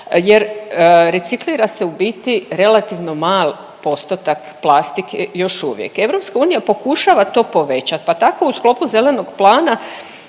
jer, reciklira se u biti relativno mal postotak plastike još uvijek. EU pokušava to povećati pa tako u sklopu zelenog plana